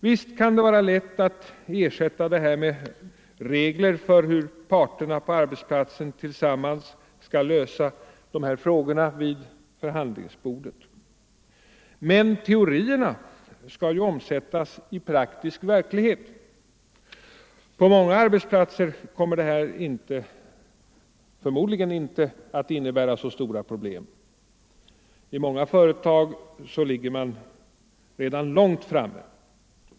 Visst kan det vara lätt att ersätta detta med regler för hur parterna på arbetsplatsen tillsammans skall lösa dessa frågor vid förhandlingsbordet, men teorierna skall omsättas i praktisk verklighet. På många arbetsplatser kommer detta förmodligen inte att innebära för stora problem, i många företag ligger man redan långt framme.